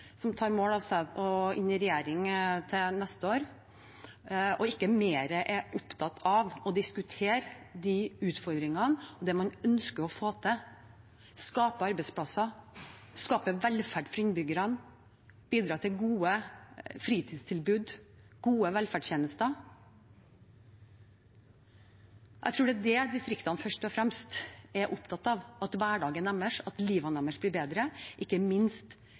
som tar mål av seg å komme i regjering neste år, ikke er mer opptatt av å diskutere utfordringene og det man ønsker å få til: skape arbeidsplasser, skape velferd for innbyggerne og bidra til gode fritidstilbud og gode velferdstjenester. Jeg tror det er det distriktene først og fremst er opptatt av, at hverdagen deres, livene deres, blir bedre, ikke minst